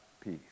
peace